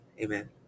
Amen